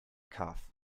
cough